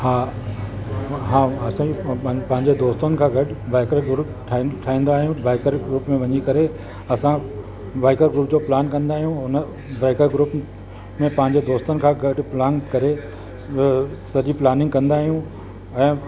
हा हा असल मां प पंहिंजे पंहिंजे दोस्तनि खां गॾु बाइकर ग्रूप ठा ठाहींदा आहियूं बाइकर ग्रूप में वञी करे असां बाइकर ग्रूप जो प्लान कंदा आहियूं उन बाइकर ग्रूप में पंहिंजे दोस्तनि सां गॾु प्लान करे सॼी प्लानिंग कंदा आहियूं ऐं